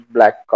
Black